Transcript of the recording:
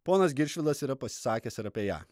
ponas giršvildas yra pasisakęs ir apie ją